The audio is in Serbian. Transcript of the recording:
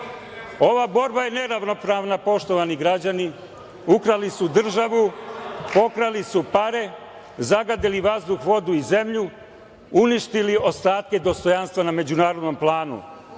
Ova borba je neravnopravna poštovani građani, ukrali su državu, pokrali su pare, zagadili, vazduh, vodu i zemlju, uništili ostatke dostojanstva na međunarodnom planu. Malo